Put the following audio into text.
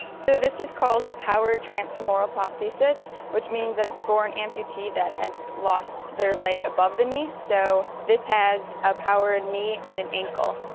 so this is called a powered transfemoral prosthesis, which means that it's for an amputee that has lost their leg above the knee. so this has a powered knee and an ankle.